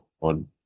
on